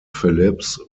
phillips